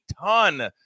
ton